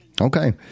Okay